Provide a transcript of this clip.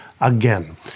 again